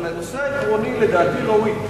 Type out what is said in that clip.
אבל הנושא העקרוני לדעתי ראוי,